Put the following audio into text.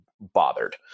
bothered